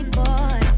boy